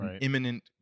imminent